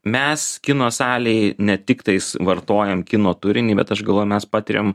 mes kino salėj ne tiktais vartojam kino turinį bet aš galvoju mes patiriam